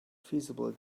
feasible